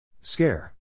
Scare